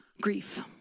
grief